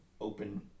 open